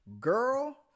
girl